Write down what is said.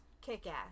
kick-ass